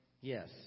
Yes